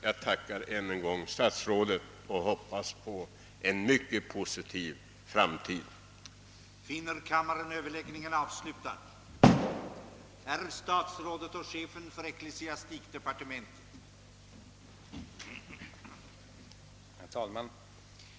Jag tackar än en gång statsrådet för svaret och hoppas på mycket positiva ställningstaganden i framtiden.